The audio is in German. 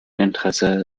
interesse